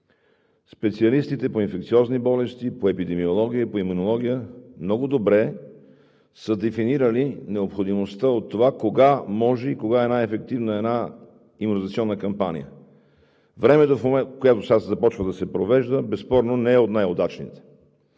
Специалистите по инфекциозни болести, по епидемиология, по имунология много добре са дефинирали необходимостта от това кога може и кога е най-ефективна една имунизационна кампания. Времето, в което започва да се провежда, безспорно не е от най-удачните